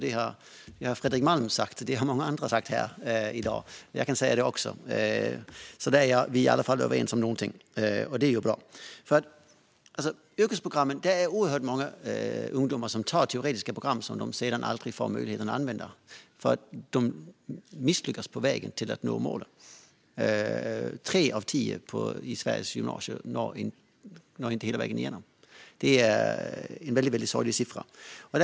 Det har Fredrik Malm och många andra sagt här i dag, och också jag kan säga det. Vi är i varje fall överens om någonting, och det är bra. Det är oerhört många ungdomar som väljer teoretiska program som de sedan aldrig får möjligheten att använda för att de misslyckas på vägen att nå målen. Det är tre av tio på Sveriges gymnasier som inte når hela vägen igenom. Det är en väldigt sorglig siffra.